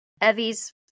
Evie's